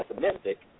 pessimistic